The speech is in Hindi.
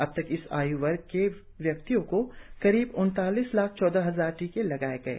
अब तक इस आयु वर्ग के व्यक्तियों को करीब उनतालीस लाख चौदह हजार टीके लगाए गए हैं